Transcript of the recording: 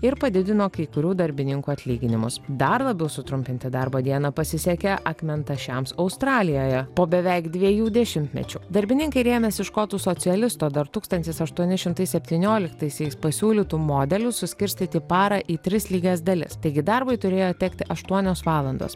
ir padidino kai kurių darbininkų atlyginimus dar labiau sutrumpinti darbo dieną pasisekė akmentašiams australijoje po beveik dviejų dešimtmečių darbininkai rėmėsi škotų socialisto dar tūkstantis aštuoni šimtai septynioliktaisiais pasiūlytų modeliu suskirstyti parą į tris lygias dalis taigi darbui turėjo tekti aštuonios valandos